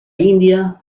india